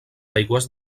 aigües